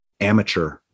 amateur